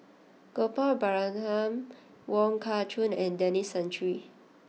Gopal Baratham Wong Kah Chun and Denis Santry